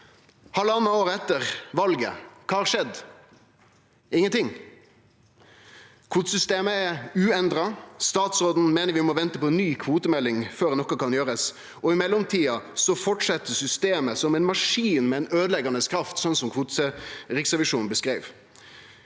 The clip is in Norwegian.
Halvanna år etter valet – kva har skjedd? Ingenting. Kvotesystemet er uendra, statsråden meiner vi må vente på ny kvotemelding før noko kan gjerast, og i mellomtida fortset systemet som ei maskin med øydeleggjande kraft, slik Riksrevisjonen beskreiv